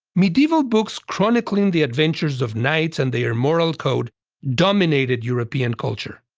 medieval books chronicling the adventures of knights and their moral code dominated european culture.